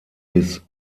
bis